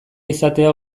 izatea